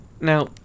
Now